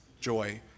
joy